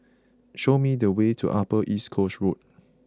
show me the way to Upper East Coast Road